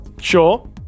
Sure